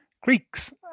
Greeks